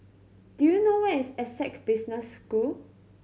do you know where is Essec Business School